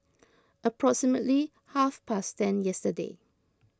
approximately half past ten yesterday